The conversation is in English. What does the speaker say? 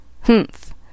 Humph